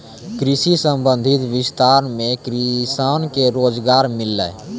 कृषि संबंधी विस्तार मे किसान के रोजगार मिल्लै